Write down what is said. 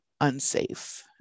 unsafe